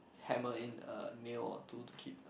hammer in a nail or two to keep the